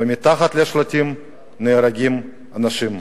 ומתחת לשלטים נהרגים אנשים.